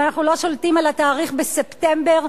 ואנחנו לא שולטים על התאריך בספטמבר.